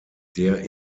der